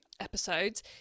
episodes